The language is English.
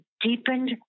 deepened